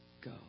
go